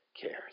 cares